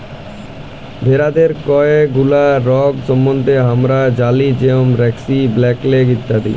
ভেরাদের কয়ে গুলা রগ সম্বন্ধে হামরা জালি যেরম ব্র্যাক্সি, ব্ল্যাক লেগ ইত্যাদি